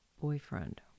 boyfriend